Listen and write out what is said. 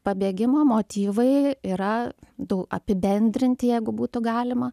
pabėgimo motyvai yra du apibendrinti jeigu būtų galima